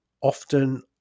often